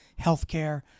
healthcare